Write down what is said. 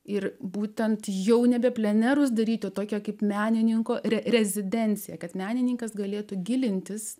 ir būtent jau nebe plenerus daryti tokią kaip menininko rezidenciją kad menininkas galėtų gilintis